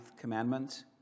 commandment